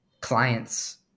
clients